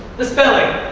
the spelling.